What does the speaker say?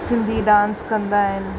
Sindhi dance कंदा आहिनि